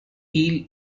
eel